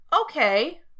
Okay